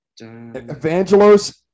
Evangelos